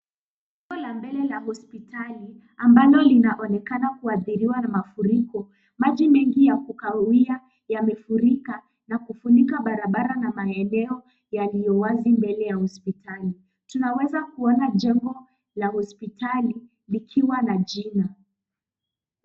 Eneo la mbele la hospitali ambalo linaonekana kuadhiriwa na mafuriko, maji mengi ya kahawia yamefurika na kufunika barabara na eneo yaliyowazi mbele ya hospitali. Tunaweza kuona jengo la hospitali likiwa na jina.